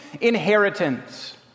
inheritance